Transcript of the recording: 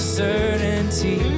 certainty